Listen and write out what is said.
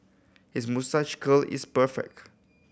his moustache curl is perfect